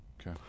okay